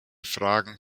fragen